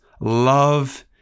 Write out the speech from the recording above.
love